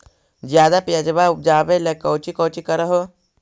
ज्यादा प्यजबा उपजाबे ले कौची कौची कर हो?